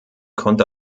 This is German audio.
konnte